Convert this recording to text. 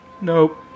Nope